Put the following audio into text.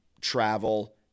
travel